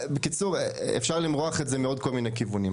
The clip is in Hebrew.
בקיצור אפשר למרוח את זה מעוד כל מיני כיוונים.